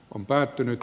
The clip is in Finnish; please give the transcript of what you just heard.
on päättynyt